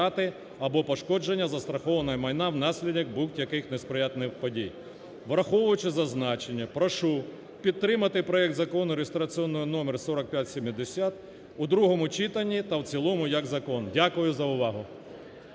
або пошкодження застрахованого майна внаслідок будь-яких несприятливих подій. Враховуючи зазначене, прошу підтримати проект Закону реєстраційний номер 4570 у другому читанні та в цілому як закон. Дякую за увагу.